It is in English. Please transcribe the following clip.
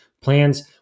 plans